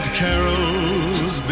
carols